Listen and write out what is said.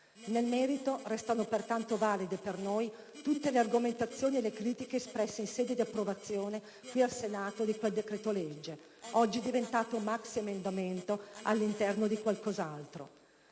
Nel merito, restano pertanto valide per noi tutte le argomentazioni e le critiche espresse in sede di approvazione qui al Senato di quel decreto-legge, oggi diventato maxiemendamento all'interno di qualcos'altro.